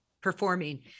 performing